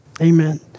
amen